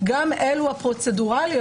גם אלו הפרוצדורליות,